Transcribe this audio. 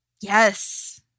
Yes